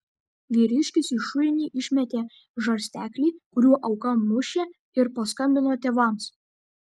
vyriškis į šulinį išmetė žarsteklį kuriuo auką mušė ir paskambino tėvams